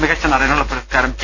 മികച്ച നടനുള്ള പുരസ്കാരം കെ